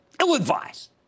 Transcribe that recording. ill-advised